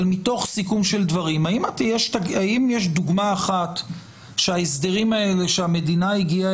אבל מתוך סיכום של דברים האם יש דוגמה אחת שההסדרים האלה שהמדינה הגיעה